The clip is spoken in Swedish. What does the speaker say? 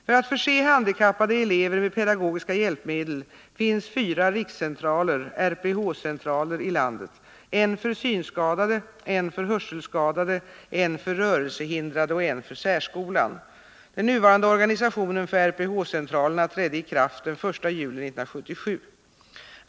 För att förse handikappade elever med pedagogiska hjälpmedel finns fyra rikscentraler — RPH-centraler — i landet, en för synskadade, en för hörselskadade, en för rörelsehindrade och en för särskolan. Den nuvarande organisationen för RPH-centralerna trädde i kraft den 1 juli 1977.